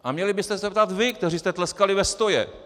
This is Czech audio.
A měli byste se zeptat vy, kteří jste tleskali vestoje.